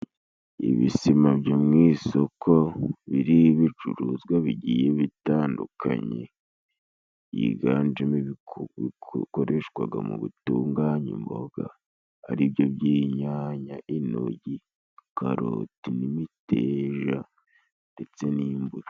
Ibisima byo mu isoko biriho ibicuruzwa bigiye bitandukanye, byiganjemo ibikoreshwaga mu gutunganya imboga ari byo, by'inyanya ,intoryi, karoti n'imiteja ndetse n'imbuto.